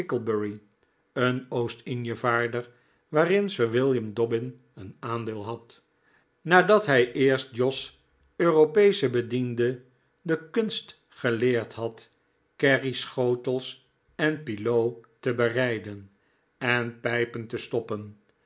de lady kicklebury een oostinjevaarder waarin sir william dobbin een aandeel had nadat hij eerst jos europeesche bediende de kunst geleerd had kerrieschotels en pilau te bereiden en pijpen te stoppen